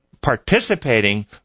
participating